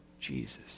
Jesus